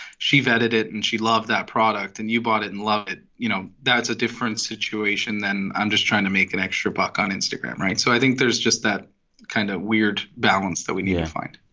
she vetted it and she loved that product, and you bought it and loved it, you know, that's a different situation than, i'm just trying to make an extra buck on instagram, right? so i think there's just that kind of weird balance that we need to find